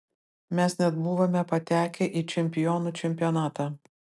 mes net buvome patekę į čempionų čempionatą